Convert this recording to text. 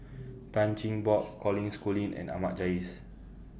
Tan Cheng Bock Colin Schooling and Ahmad Jais